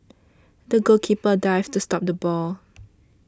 the goalkeeper dived to stop the ball